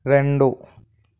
రెండు